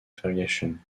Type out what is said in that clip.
variation